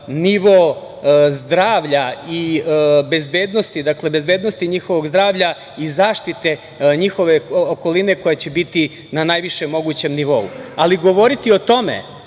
nivo zdravlja i bezbednosti, dakle, bezbednosti njihovog zdravlja i zaštite njihove okoline koja će biti na najvišem mogućem nivou. Ali govoriti o tome